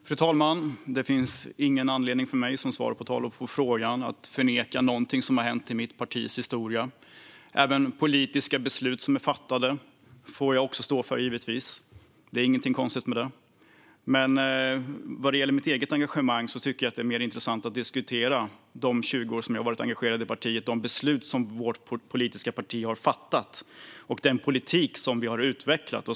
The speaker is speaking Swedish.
Fru talman! Som svar på frågan: Det finns ingen anledning för mig att förneka någonting som har hänt i mitt partis historia. Även politiska beslut som är fattade får jag givetvis stå för; det är ingenting konstigt med det. Vad gäller mitt eget engagemang tycker jag dock att det är mer intressant att diskutera de 20 år som jag har varit engagerad i partiet, de beslut som vårt politiska parti har fattat och den politik som vi har utvecklat.